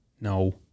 No